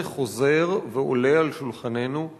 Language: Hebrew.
לפעול לשחרורו של אותו מחבל,